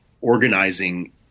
organizing